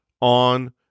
on